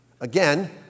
Again